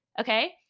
okay